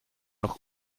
noch